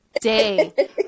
day